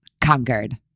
conquered